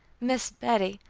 miss bettie,